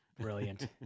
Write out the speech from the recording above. Brilliant